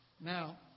Now